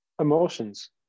Emotions